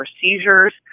seizures